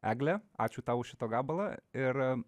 eglė ačiū tau už šitą gabalą ir